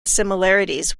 similarities